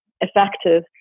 effective